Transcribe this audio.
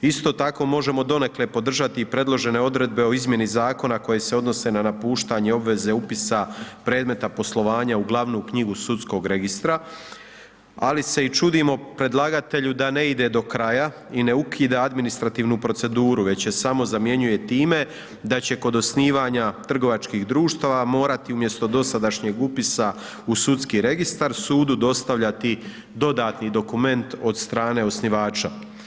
Isto tako možemo donekle podržati i predložene odredbe o izmjeni zakona koje se odnose na napuštanje obveze upisa predmeta poslovanja u glavnu knjigu sudskog registra, ali se i čudimo predlagatelju da ne ide do kraja i ne ukida administrativnu proceduru, već je samo zamjenjuje time da će kod osnivanja trgovačkim društava morati umjesto dosadašnjeg upisa u sudski registar, sudu dostavljati dodatni dokument od strane osnivača.